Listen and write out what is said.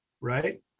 right